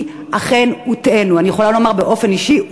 כי אכן הוטעינו אני יכולה לומר באופן אישי,